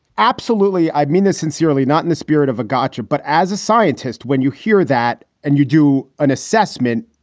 absolutely, i mean this sincerely, not in the spirit of a gotcha. but as a scientist, when you hear that and you do an assessment,